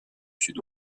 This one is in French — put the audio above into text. sud